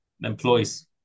employees